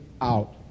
out